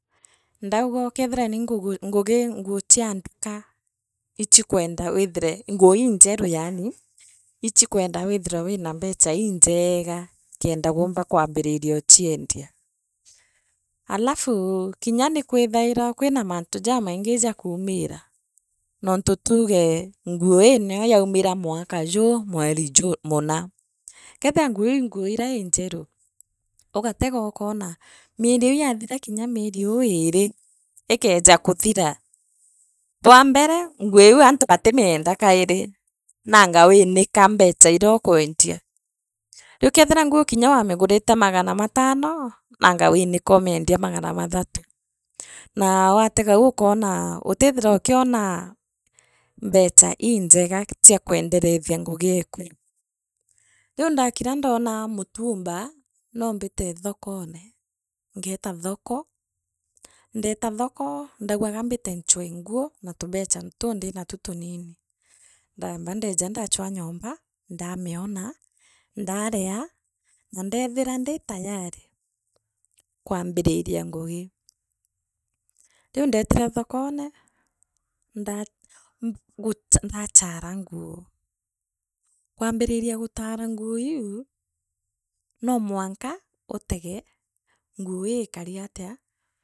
ndauga ukethira ni ngugi ni nguu chia nduka ichikwenda withire nguu injeru yaani ichikwenda withire wina mbecha injenga kenda uumba kwanjiriria u chiendia alafuu kinya ni kwithaila kwina mantu jamaingi jakumiira nontu tugo nguu ii nio yau mira mwaka juu mweri juu muna kithira nguu iu ii nguu iria injeru ugatega okeonamieri iu yathira kinya mieri uo iiri ikeeja kathira bwambere nguu iu antu batimienda kairi naanga winika mbecha iria ukwendia riukathira kirya nguu wamigurite magana matano nanga winika u miendia magana mathatu naa watega uu ukona utiithira ukionaa mbecha injiga chia kwende neithia ngugi eku riu ndakira ndoona mutumba noo mbite thokore ngeta thoko ndauga kambite nohwee nguuna tubecha tuu ndinatu unini ndaamba ndeeja ndechwa nyomba ndamiona ndaria na ndethira ndi taayari kwa kwambiriria ngugi riu ndeetire thokone ndaa mbu ndataara nguu kwambiriria gutaara nguu iu noomwanta utege nguo ii ikari atia.